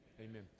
amen